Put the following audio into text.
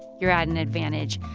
you're at an advantage.